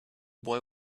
boy